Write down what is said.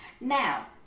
Now